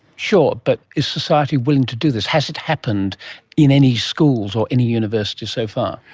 sure, but is society willing to do this? has it happened in any schools or any universities so far?